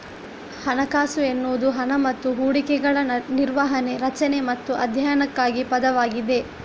ಹಣಕಾಸು ಎನ್ನುವುದು ಹಣ ಮತ್ತು ಹೂಡಿಕೆಗಳ ನಿರ್ವಹಣೆ, ರಚನೆ ಮತ್ತು ಅಧ್ಯಯನಕ್ಕಾಗಿ ಪದವಾಗಿದೆ